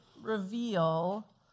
reveal